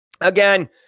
Again